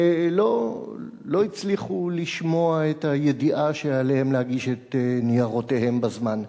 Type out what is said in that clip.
ולא הצליחו לשמוע את הידיעה שעליהם להגיש את ניירותיהם בזמן.